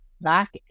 back